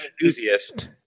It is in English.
enthusiast